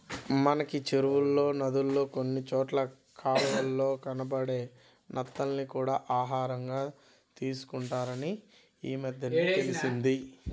మనకి చెరువుల్లో, నదుల్లో కొన్ని చోట్ల కాలవల్లో కనబడే నత్తల్ని కూడా ఆహారంగా తీసుకుంటారని ఈమద్దెనే తెలిసింది